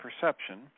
perception